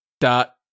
dot